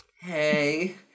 Hey